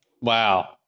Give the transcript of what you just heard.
Wow